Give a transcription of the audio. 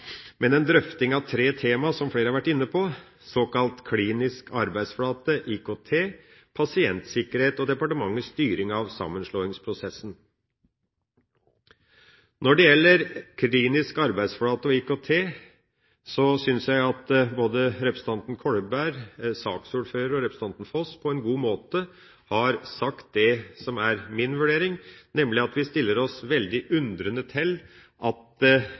men en drøfting av tre tema, som flere har vært inne på, såkalt Klinisk arbeidsflate/IKT, pasientsikkerhet og departementets styring av sammenslåingsprosessen. Når det gjelder Klinisk arbeidsflate/IKT, synes jeg at både representanten Kolberg, saksordføreren og representanten Foss på en god måte har sagt det som er min vurdering, nemlig at vi stiller oss veldig undrende til at